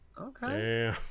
Okay